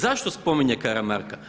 Zašto spominje Karamarka?